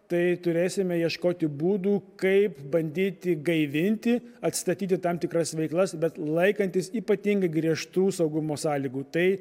tai turėsime ieškoti būdų kaip bandyti gaivinti atstatyti tam tikras veiklas bet laikantis ypatingai griežtų saugumo sąlygų tai